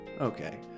okay